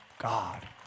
God